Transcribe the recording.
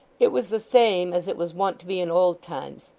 it was the same as it was wont to be in old times,